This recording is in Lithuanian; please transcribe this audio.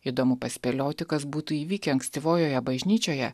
įdomu paspėlioti kas būtų įvykę ankstyvojoje bažnyčioje